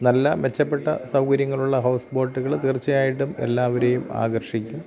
നല്ല മെച്ചപ്പെട്ട സൗകര്യങ്ങളുള്ള ഹൗസ് ബോട്ടുകള് തീർച്ചയായിട്ടും എല്ലാവരെയും ആകർഷിക്കും